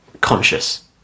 conscious